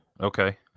Okay